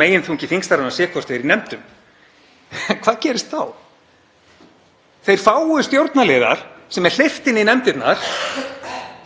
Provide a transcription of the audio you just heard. meginþungi þingstarfanna sé hvort sem er í nefndum. Hvað gerist þá? Þeir fáu stjórnarliðar sem er hleypt inn í nefndirnar